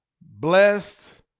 blessed